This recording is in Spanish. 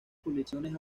publicaciones